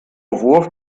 wurf